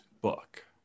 book